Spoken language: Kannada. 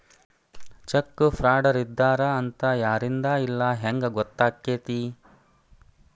ಚೆಕ್ ಫ್ರಾಡರಿದ್ದಾರ ಅಂತ ಯಾರಿಂದಾ ಇಲ್ಲಾ ಹೆಂಗ್ ಗೊತ್ತಕ್ಕೇತಿ?